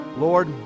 Lord